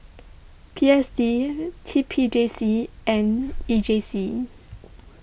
P S D T P J C and E J C